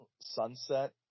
sunset